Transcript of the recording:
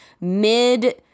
mid